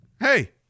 hey